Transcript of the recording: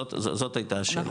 זאת הייתה השאלה,